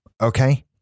Okay